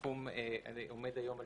כפל הקנס כאמור:" הסכום עומד היום על